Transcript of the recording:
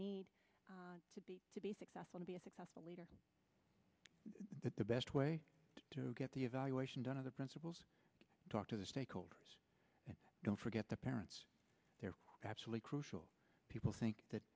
need to be to be successful to be a successful leader that the best way to get the evaluation done of the principals talk to the stakeholders and don't forget the parents they're absolutely crucial people think that